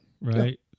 right